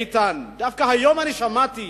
איתן, דווקא היום שמעתי,